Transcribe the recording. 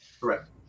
Correct